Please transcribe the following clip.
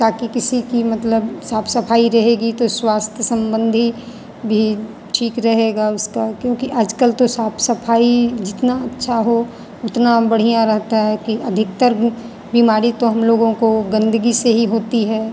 ताकी किसी की मतलब साफ सफाई रहेगी तो स्वास्थ्य सम्बन्धी भी ठीक रहेगा उसका क्योंकि आज कल तो साफ सफाई जितना अच्छा हो उतना बढ़िया रहता है कि अधिकतर तो बीमारी हम लोगों को गंदगी से ही होती है